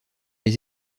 les